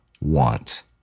want